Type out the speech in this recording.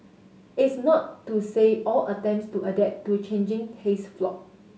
it's not to say all attempts to adapt to changing tastes flopped